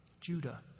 Judah